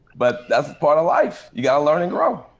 but that's a part of life. you gotta learn and grow.